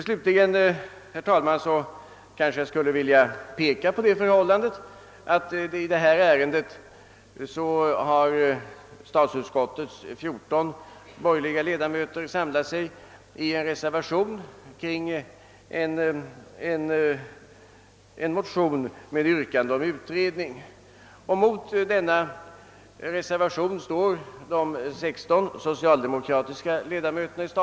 Slutligen skulle jag, herr talman, vilja peka på det förhållandet att statsutskottets 14 borgerliga ledamöter samlat sig om en reservation beträffande en motion med yrkande om utredning. Mot denna reservation står utskottets 16 socialdemokratiska ledamöter.